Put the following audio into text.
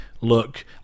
look